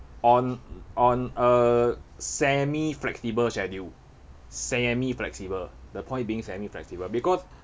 on on a semi flexible schedule semi flexible the point being semi flexible because